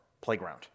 Playground